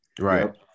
Right